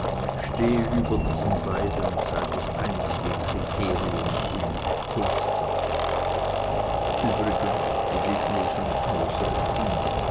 stehe über diesen beiden und sei das einzige kriterium in kunstsachen übrigens begegne es uns nur selten